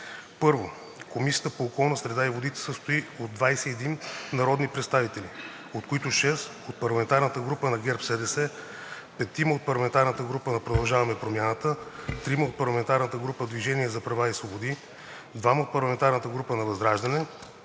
1. Комисията по транспорт и съобщения се състои от 21 народни представители, от които 6 от парламентарната група на ГЕРБ-СДС, 5 от парламентарната група „Продължаваме Промяната“, 3 от парламентарната група „Движение за права и свободи“, 2 от парламентарната група ВЪЗРАЖДАНЕ,